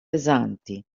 pesanti